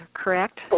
correct